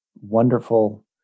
wonderful